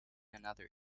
another